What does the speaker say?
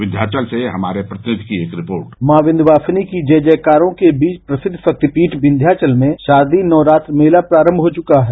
विध्याचल से हमारे प्रतिनिधि की एक रिपोर्ट माँ विंध्यवासिनी की जय जयकारो के बीच प्रसिद्ध शक्तिपीठ विँध्याचल मे शारदीय नवरात्र मेला प्रारम्भ हो चुका है